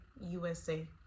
USA